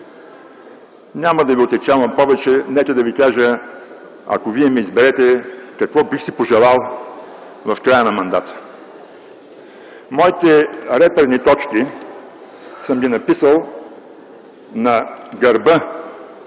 Няма да ви отегчавам повече. Нека да ви кажа, ако вие ме изберете, какво бих си пожелал в края на мандата. Моите реперни точки съм ги написал на гърба